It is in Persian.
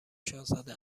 شاهزاده